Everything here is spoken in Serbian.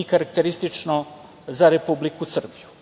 i karakteristično za Republiku Srbiju. Takođe,